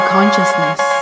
Consciousness